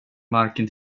marken